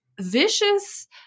Vicious